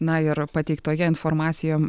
na ir pateiktoje informacija